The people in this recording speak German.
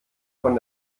von